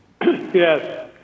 Yes